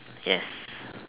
yes